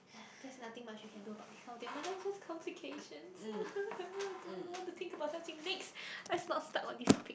there's nothing much you do about this kind of thing oh-my-god it's just complications do I want to think of such things next let's not stuck on this topic